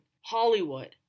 Hollywood